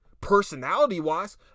personality-wise